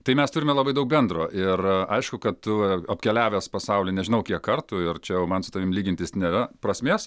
tai mes turime labai daug bendro ir aišku kad tu esi apkeliavęs pasaulį nežinau kiek kartų ar čia jau man su tavimi lygintis nėra prasmės